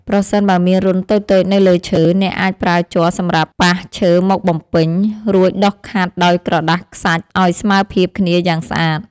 ប្រសិនបើមានរន្ធតូចៗនៅលើឈើ អ្នកអាចប្រើជ័រសម្រាប់ប៉ះឈើមកបំពេញ រួចដុសខាត់ដោយក្រដាសខ្សាច់ឱ្យស្មើភាពគ្នាយ៉ាងស្អាត។